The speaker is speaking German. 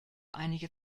einige